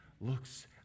looks